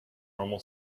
normal